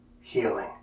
healing